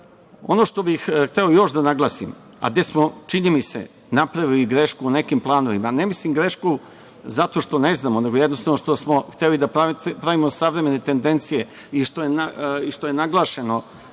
što bih hteo još da naglasim, a gde smo, čini mi se, napravili grešku u nekim planovima, ne mislim grešku zato što ne znamo, nego jednostavno što smo hteli da pravimo savremene tendencije i što je naglašeno